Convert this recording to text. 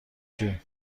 جون